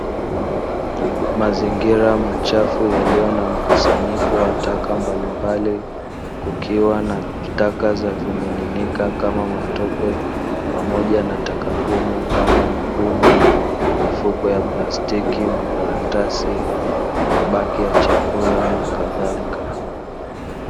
Mazingira machafu yaliyo na mkusanyiko wa taka mbalimbali kukiwa na taka za vimiminika kama matope pamoja na taka ngumu kama: madumu, mifuko ya plastiki, makaratasi, mabaki ya chakula, nakadhalika.